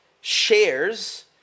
shares